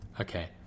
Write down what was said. Okay